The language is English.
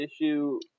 issue